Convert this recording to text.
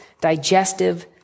digestive